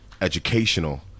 educational